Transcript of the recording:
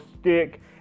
stick